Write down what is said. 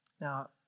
Now